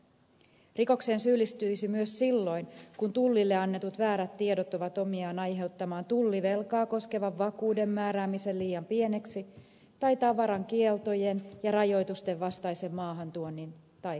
rikokseen syyllistyisi myös silloin kun tullille annetut väärät tiedot ovat omiaan aiheuttamaan tullivelkaa koskevan vakuuden määräämisen liian pieneksi tai tavaran kieltojen ja rajoitustenvastaisen maahantuonnin tai viennin